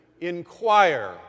inquire